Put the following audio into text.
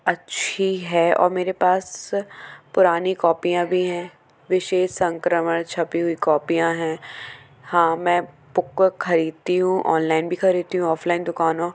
अच्छी है और मेरे पास पुरानी कॉपियाँ भी हैं विशेष संक्रमण छपी हुई कॉपियाँ हैं हाँ मैं बुक ख़रीदती हूँ ऑनलाइन भी ख़रीदती हूँ ऑफलाइन दुकानों